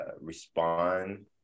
respond